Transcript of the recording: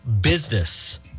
business